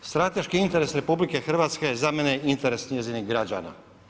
Strateški interes RH je za mene interes njezinih građana.